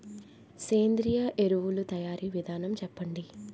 సేంద్రీయ ఎరువుల తయారీ విధానం చెప్పండి?